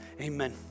Amen